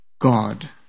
God